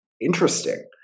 interesting